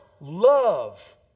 Love